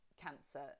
cancer